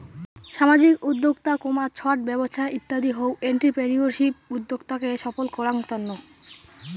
সামাজিক উদ্যক্তা, ছট ব্যবছা ইত্যাদি হউ এন্ট্রিপ্রেনিউরশিপ উদ্যোক্তাকে সফল করাঙ তন্ন